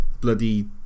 bloody